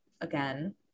again